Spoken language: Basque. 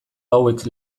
hauek